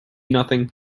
nothing